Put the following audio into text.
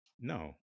no